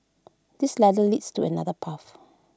this ladder leads to another path